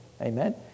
amen